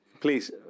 please